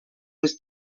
was